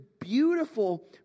beautiful